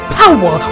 power